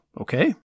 okay